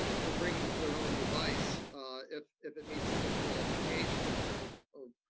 to bring their own device if if it meets the qualifications of